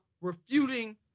refuting